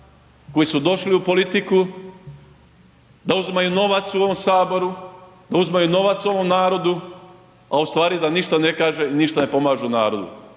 koji su došli u politiku da uzimaju novac u ovom saboru, da uzimaju novac ovom narodu, a u stvari da ništa ne kaže i ništa ne pomažu narodu,